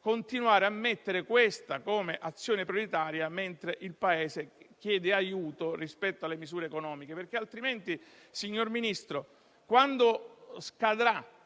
continuare a mettere questa come azione prioritaria, mentre il Paese chiede aiuto rispetto alle misure economiche. Altrimenti, signor Ministro, quando scadrà